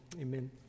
Amen